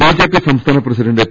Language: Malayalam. ബിജെപി സംസ്ഥാന പ്രസിഡന്റ് പി